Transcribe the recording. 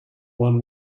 one